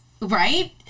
right